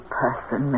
person